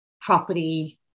property